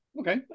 Okay